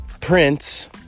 Prince